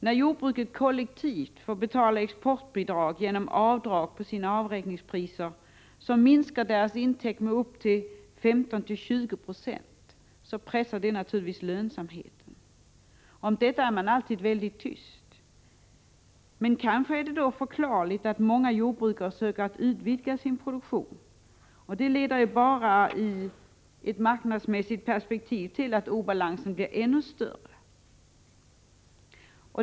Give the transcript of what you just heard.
När jordbruket kollektivt får betala exportbidrag genom avdrag på sina avräkningspriser, minskar deras intäkter med 15-20 96. Det pressar naturligtvis lönsamheten. Om detta är man alltid mycket tyst. Kanske är det då förklarligt att många jordbrukare söker utvidga sin produktion, men det leder bara, i det marknadsmässiga perspektivet, till att obalansen blir ännu större.